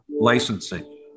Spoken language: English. licensing